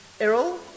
Errol